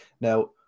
Now